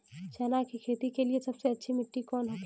चना की खेती के लिए सबसे अच्छी मिट्टी कौन होखे ला?